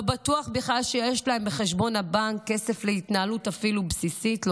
לא בטוח בכלל שיש להן בחשבון הבנק כסף להתנהלות בסיסית אפילו,